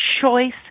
choice